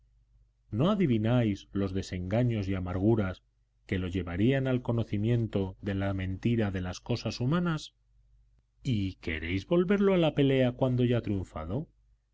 no adivináis los desengaños y amarguras que lo llevarían al conocimiento de la mentira de las cosas humanas y queréis volverlo a la pelea cuando ya ha triunfado